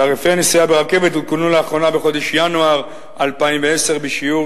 תעריפי הנסיעה ברכבת עודכנו לאחרונה בחודש ינואר 2010 בשיעור